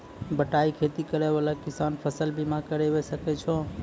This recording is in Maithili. बटाई खेती करै वाला किसान फ़सल बीमा करबै सकै छौ?